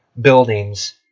buildings